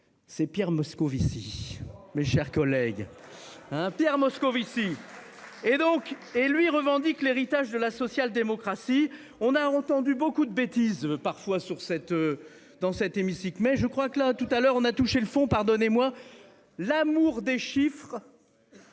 C'est Pierre Moscovici. Mes chers collègues. Hein. Pierre Moscovici et donc et lui revendique l'héritage de la social-démocratie. On a entendu beaucoup de bêtises parfois sur cet. Dans cet hémicycle mais je crois que là tout à l'heure on a touché le fond, pardonnez-moi l'amour des chiffres.